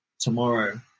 tomorrow